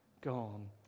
gone